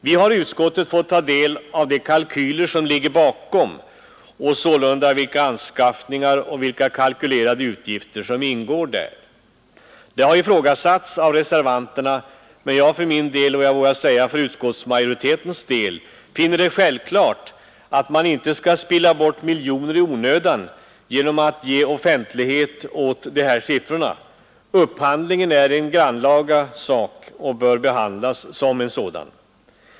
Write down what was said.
Vi har i utskottet i detalj tagit del av de anskaffningar som enligt det begärda bemyndigandet är aktuella. De har ifrågasatts av reservanterna, men jag för min del — och jag vågar säga för utskottsmajoritetens del — finner det självklart att man inte skall spilla bort miljoner i onödan genom att ge offentlighet åt dessa siffror. Upphandling är en grannlaga sak och bör behandlas som en sådan.